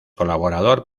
colaborador